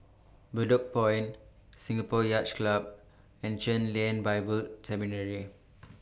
Bedok Point Singapore Yacht Club and Chen Lien Bible Seminary